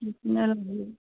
बिदिनो आरो बेयो